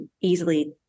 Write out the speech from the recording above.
easily